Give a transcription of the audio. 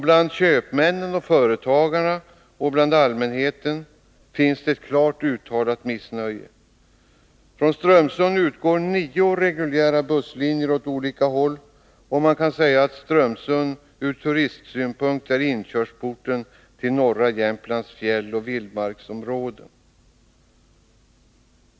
Bland köpmännen, de övriga företagarna och allmänheten finns ett klart uttalat missnöje. Från Strömsund utgår nio reguljära busslinjer åt olika håll. Man kan säga att Strömsund ur turistsynpunkt är inkörsporten till norra Jämtlands fjälloch vildmarksområde.